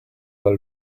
dal